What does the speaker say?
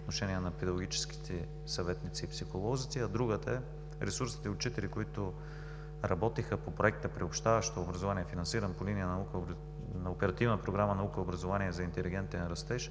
отношение на педагогическите съветници и психолозите, а другата е ресурсните учители, които работеха по Проекта за приобщаващо образование, финансиран по линия на Оперативна програма „Наука и образование за интелигентен растеж“,